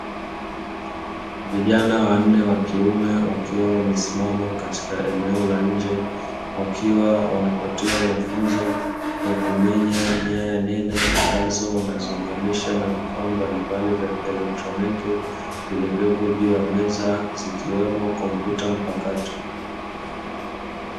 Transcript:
Vijana wanne wakiume wakiwa wamesimama katika eneo la nje, wakiwa wanapatiwa mafunzo kwa kumenya nyaya nene, ambazo wanaziunganisha na vifaa mbalimbali vya kieletroniki vilivyopo juu ya meza zikiwepo kompyuta mpakato.